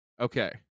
Okay